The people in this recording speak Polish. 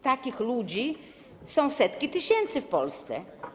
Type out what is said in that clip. Takich ludzi są setki tysięcy w Polsce.